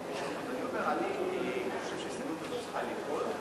אני אומר: אני חושב שההסתייגות הזאת צריכה ליפול,